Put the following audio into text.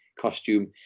costume